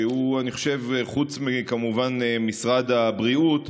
שאני חושב שחוץ ממשרד הבריאות,